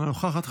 אינה נוכחת,